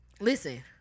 Listen